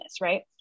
right